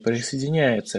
присоединяется